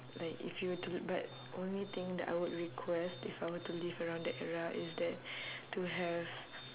like if you were to look back only thing that I would request if I were to live around that era is that to have